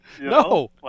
No